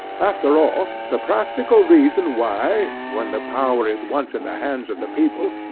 after all, the practical reason why, when the power is once in the hands of the people,